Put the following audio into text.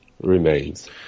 remains